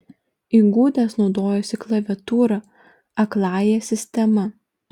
įgudęs naudojasi klaviatūra akląja sistema